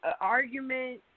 argument